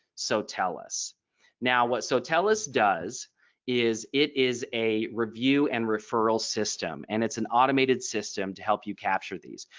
sotellus now what. sotellus does is it is a review and referral system. and it's an automated system to help you capture these.